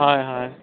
ᱦᱳᱭ ᱦᱳᱭ